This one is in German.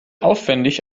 aufwendig